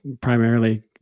primarily